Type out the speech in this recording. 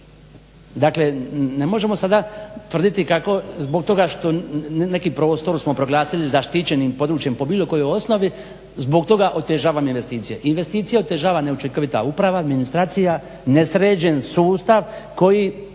Dakle ne možemo sada tvrditi kako zbog toga što neki prostor smo proglasili zaštićenim područjem po bilo kojoj osnovi zbog toga otežava investicije. Investicije otežava neučinkovita uprava, administracija, nesređen sustav koji